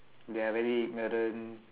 they are very ignorant